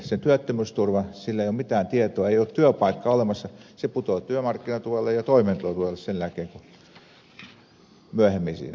hänellä ei ole mitään tietoa ei ole työpaikkaa olemassa hän putoaa työmarkkinatuelle ja toimeentulotuelle sen jälkeen myöhemmin siinä